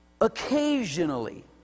...occasionally